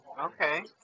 Okay